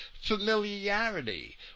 familiarity